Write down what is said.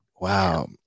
Wow